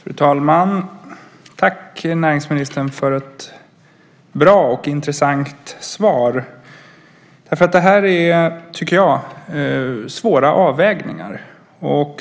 Fru talman! Tack näringsministern för ett bra och intressant svar. Det är, tycker jag, fråga om svåra avvägningar.